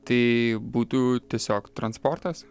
tai būtų tiesiog transportas